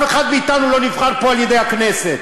אף אחד מאתנו לא נבחר פה על-ידי הכנסת.